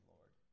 Lord